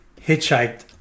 hitchhiked